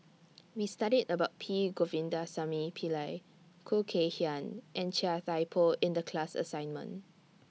We studied about P Govindasamy Pillai Khoo Kay Hian and Chia Thye Poh in The class assignment